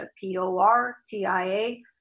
P-O-R-T-I-A